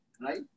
right